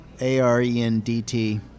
A-R-E-N-D-T